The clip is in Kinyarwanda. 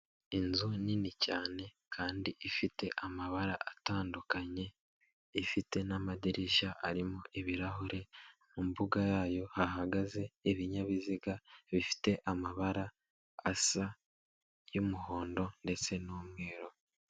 Inzu nini cyane kandi ifite amabara atandukanye, ifite n'amadirishya arimo ibirahure, mu mbuga yayo hahagaze ibinyabiziga, bifite amabara asa y'umuhondo ndetse n'umweru.